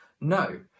No